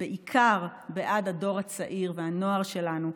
ובעיקר בעד הדור הצעיר והנוער שלנו,